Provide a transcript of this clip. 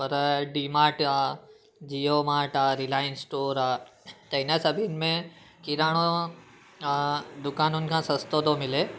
पर डीमाट आहे जियोमाट आ रिलायंस स्टोर आहे त इन सभिनि किराणो दुकानुनि खां सस्तो थो मिले